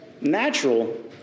natural